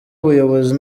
ubuyobozi